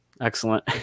Excellent